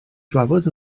drafod